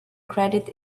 credit